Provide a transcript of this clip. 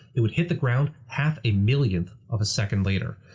it would hit the ground half a millionth of a second later.